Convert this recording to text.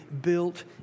built